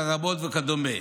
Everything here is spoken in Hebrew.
חרמות וכדומה.